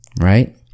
Right